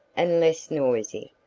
and less noisy.